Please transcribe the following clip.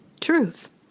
truth